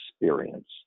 experience